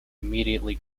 immediately